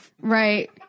Right